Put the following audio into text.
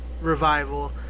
revival